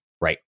right